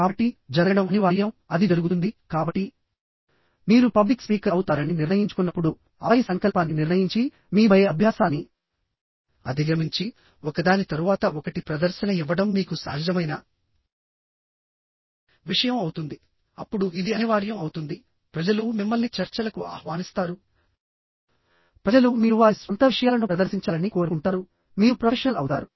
కాబట్టి జరగడం అనివార్యం అది జరుగుతుంది కాబట్టి మీరు పబ్లిక్ స్పీకర్ అవుతారని నిర్ణయించుకున్నప్పుడుఆపై సంకల్పాన్ని నిర్ణయించి మీ భయ అభ్యాసాన్ని అధిగమించి ఒకదాని తరువాత ఒకటి ప్రదర్శన ఇవ్వడం మీకు సహజమైన విషయం అవుతుంది అప్పుడు ఇది అనివార్యం అవుతుంది ప్రజలు మిమ్మల్ని చర్చలకు ఆహ్వానిస్తారు ప్రజలు మీరు వారి స్వంత విషయాలను ప్రదర్శించాలని కోరుకుంటారు మీరు ప్రొఫెషనల్ అవుతారు